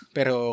Pero